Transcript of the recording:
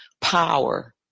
power